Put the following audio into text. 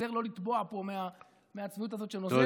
להיזהר לא לטבוע פה מהצביעות הזו שנוזלת.